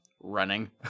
running